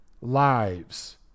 lives